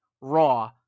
Raw